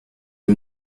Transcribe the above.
ihm